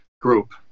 group